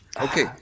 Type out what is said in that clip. Okay